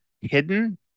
hidden